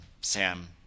Sam